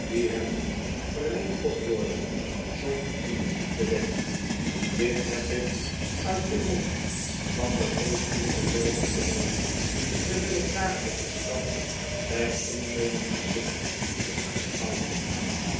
die hem niet verleend kon worden zonk in de diepte weg dit heb ik uit den mond van den geestelijke zelven vernomen terwijl ik daar op t strand zijn innemend gezicht mocht aanschouwen